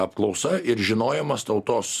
apklausa ir žinojimas tautos